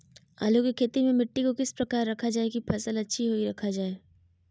आलू की खेती में मिट्टी को किस प्रकार रखा रखा जाए की फसल अच्छी होई रखा जाए?